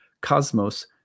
cosmos